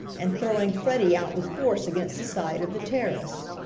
and throwing freddie out with force against the side of the terrace.